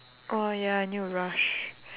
oh ya I need to rush